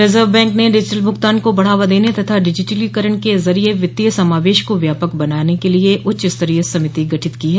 reserve bank ने digital भुगतान को बढ़ावा देने तथा डिजिटलीकरण के जरिये वित्तीय समावेश को व्यापक बनाने के लिए उच्चस्तरीय समिति गठित की है